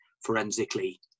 forensically